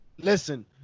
listen